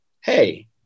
hey